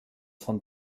von